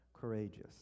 courageous